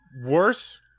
worse